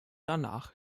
danach